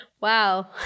wow